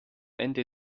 ende